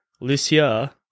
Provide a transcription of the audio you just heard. lucia